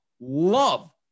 love